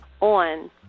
on